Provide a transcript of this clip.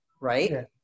Right